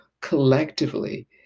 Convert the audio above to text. collectively